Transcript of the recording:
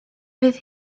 fydd